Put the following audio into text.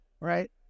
right